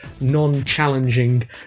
non-challenging